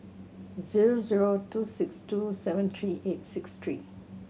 zero zero two six two seven three eight six three